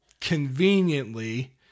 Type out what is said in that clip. Conveniently